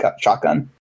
shotgun